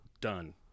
done